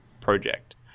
project